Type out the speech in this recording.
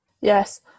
Yes